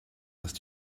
ist